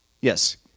Yes